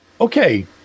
Okay